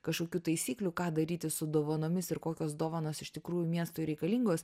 kažkokių taisyklių ką daryti su dovanomis ir kokios dovanos iš tikrųjų miestui reikalingos